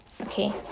okay